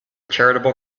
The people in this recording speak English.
charitable